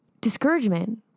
discouragement